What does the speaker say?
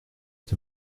est